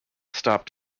stop